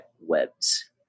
webs